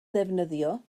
ddefnyddio